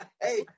Hey